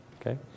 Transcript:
okay